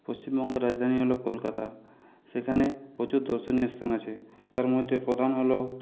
পশ্চিমবঙ্গের রাজধানী হল কলকাতা সেখানে প্রচুর দর্শনীয় স্থান আছে তার মধ্যে প্রধান হল